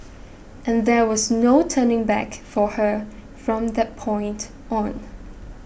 and there was no turning back for her from that point on